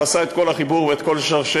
הוא עשה את כל החיבור ואת כל שרשרת